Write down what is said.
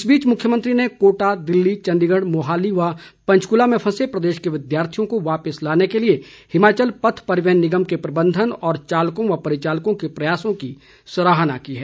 इस बीच मुख्यमंत्री ने कोटा दिल्ली चंडीगढ़ मोहाली व पंचकुला में फंसे प्रदेश के विद्यार्थियों को वापिस लाने के लिए हिमाचल पथ परिवहन निगम के प्रबंधन और चालकों व परिचालकों के प्रयासों की सराहना की है